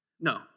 no